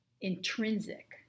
intrinsic